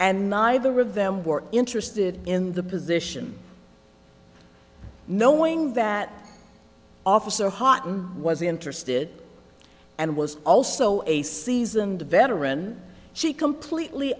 and neither of them were interested in the position knowing that officer hotton was interested and was also a seasoned veteran she completely